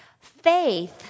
Faith